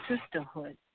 sisterhood